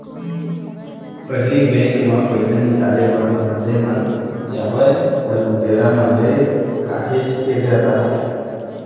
पहिली बेंक म पइसा निकाले बर मनसे मन जावय त लुटेरा मन ले काहेच के डर राहय